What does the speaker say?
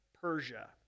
Persia